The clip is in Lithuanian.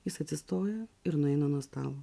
jis atsistoja ir nueina nuo stalo